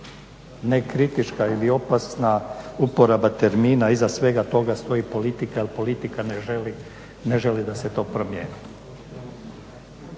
nekritička ili opasna uporaba termina. Iza svega toga stoji politika, jer politika ne želi da se to promijeni.